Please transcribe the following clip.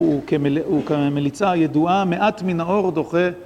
הוא כמליצה ידועה מעט מן האור דוחה.